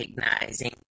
recognizing